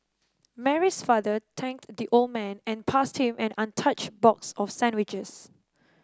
Mary's father thanked the old man and passed him an untouched box of sandwiches